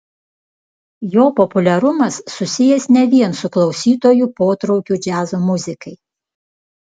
jo populiarumas susijęs ne vien su klausytojų potraukiu džiazo muzikai